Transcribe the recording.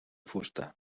fusta